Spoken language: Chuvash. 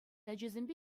ачасемпе